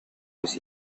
los